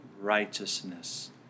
Righteousness